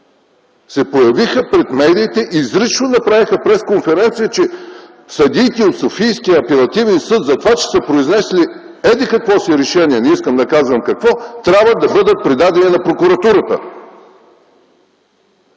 се появиха пред медиите и изрично направиха пресконференция, че съдиите от Софийския апелативен съд за това, че са произнесли еди какво си решение (не искам да казвам какво) трябва да бъдат предадени на прокуратурата.